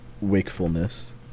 wakefulness